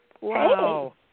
Wow